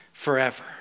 Forever